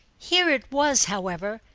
here it was, however,